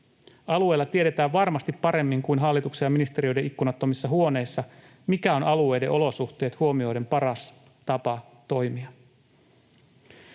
Alueilla tiedetään varmasti paremmin kuin hallituksen ja ministeriöiden ikkunattomissa huoneissa, mikä on alueiden olosuhteet huomioiden paras tapa toimia.